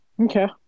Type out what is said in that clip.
Okay